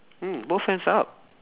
mm both hands up